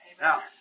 Now